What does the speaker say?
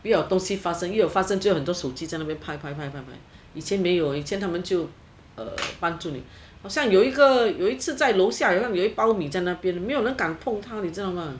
又有东西发生又有发生会有很多手机拍拍拍拍以前没有以前他们就帮助你好像有一个又一起在楼下有一包米在那边没有人敢碰它